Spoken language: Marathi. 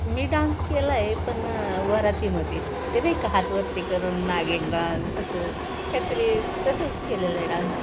मी डान्स केला आहे पण वरातीमध्ये ते नाही का हात वरती करून नागीन डान्स असं कायतरी तसंच केलेला आहे डान्स